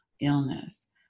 illness